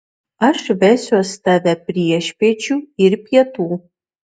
aš vesiuos tave priešpiečių ir pietų